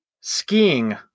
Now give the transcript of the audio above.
Skiing